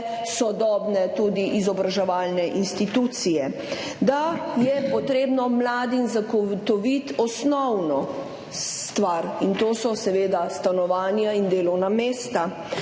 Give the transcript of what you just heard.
sodobne izobraževalne institucije, da je potrebno mladim zagotoviti osnovno stvar, in to so seveda stanovanja in delovna mesta,